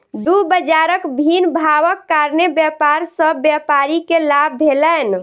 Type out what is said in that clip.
दू बजारक भिन्न भावक कारणेँ व्यापार सॅ व्यापारी के लाभ भेलैन